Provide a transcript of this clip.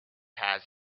has